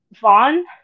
Vaughn